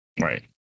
right